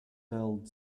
filled